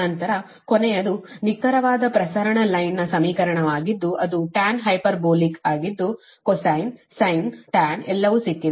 ನಂತರ ಕೊನೆಯದು ನಿಖರವಾದ ಪ್ರಸರಣ ಲೈನ್ನ ಸಮೀಕರಣವಾಗಿದ್ದು ಅದು tan ಹೈಪರ್ಬೋಲಿಕ್ ಆಗಿದ್ದು cosine sine tan ಎಲ್ಲವೂ ಸಿಕ್ಕಿದೆ